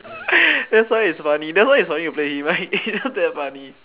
that's why it's funny that's why it's funny to play with him like he's just that funny